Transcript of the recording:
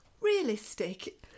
realistic